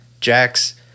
Jax